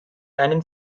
einen